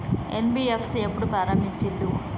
NBFC ఎప్పుడు ప్రారంభించిల్లు?